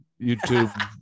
YouTube